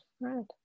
right